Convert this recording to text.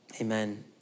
amen